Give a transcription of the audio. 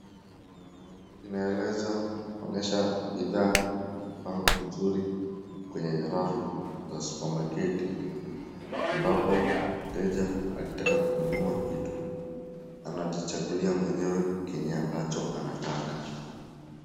Inaeleza onyesha bidhaa zimeoangwa vizuri kwenye rafu za supermarketi , ambapo mteja akitaka kununua kitu, anajichagulia mwenyewe kenye ambacho anataka.